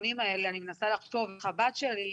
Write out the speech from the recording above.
האחרונות האלה אני מנסה לחשוב אם הבת שלי,